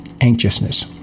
Anxiousness